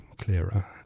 clearer